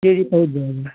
जी जी पहुँच जाएगा